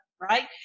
Right